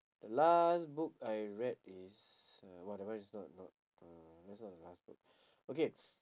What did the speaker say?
the last book I read is uh what ah that one is not not the that's not the last book okay